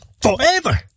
forever